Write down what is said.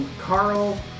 Carl